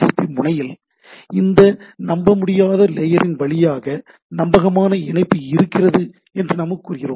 B முனையில் இந்த நம்பமுடியாத லேயரின் வழியாக நம்பகமான இணைப்பு இருக்கிறது என்று நாம் கூறுகிறோம்